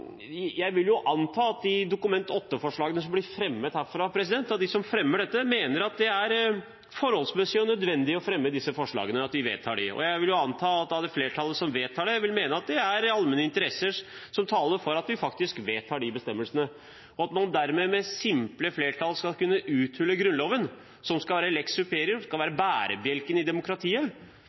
nødvendig å fremme disse forslagene, og at vi vedtar dem. Jeg vil anta at det flertallet som vedtar det, vil mene at det er allmenne interesser som taler for at vi faktisk vedtar de bestemmelsene. At man dermed med simpelt flertall skal kunne uthule Grunnloven, som skal være lex superior, skal være bærebjelken i demokratiet,